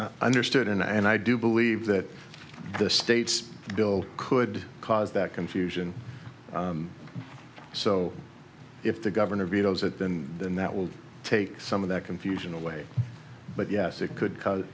understood and i do believe that the states still could cause that confusion so if the governor vetoes it then then that will take some of that confusion away but yes it could cause